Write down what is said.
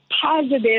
positive